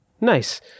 Nice